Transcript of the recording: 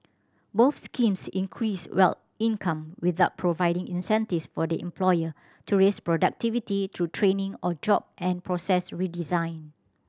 both schemes increased well income without providing incentives for the employer to raise productivity through training or job and process redesign